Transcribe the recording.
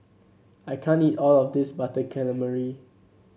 I can't eat all of this Butter Calamari